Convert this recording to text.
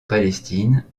palestine